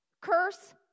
Curse